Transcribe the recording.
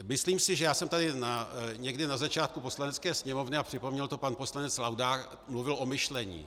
Myslím si, že jsem tady někdy na začátku Poslanecké sněmovny, a připomněl to pan poslanec Laudát, mluvil o myšlení.